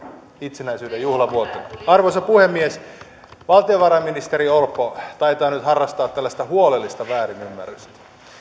itsenäisyyden juhlavuoteen arvoisa puhemies valtiovarainministeri orpo taitaa nyt harrastaa tällaista huolellista väärinymmärrystä